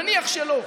נניח שלא.